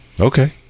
Okay